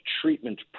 treatment